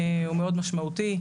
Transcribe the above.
הוא מאוד משמעותי.